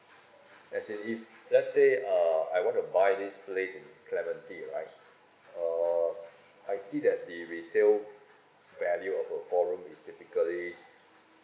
as in if let's say uh I want to buy this place in clementi right uh I see that the resale value of a four room is typically